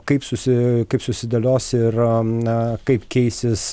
kaip susi kaip susidėlios ir na kaip keisis